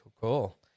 cool